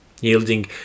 yielding